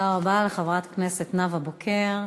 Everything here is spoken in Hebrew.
תודה רבה לחברת הכנסת נאוה בוקר.